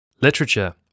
Literature